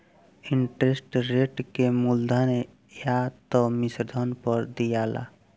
interest rate के मूलधन या त मिश्रधन पर दियाला